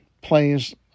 plays